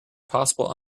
possible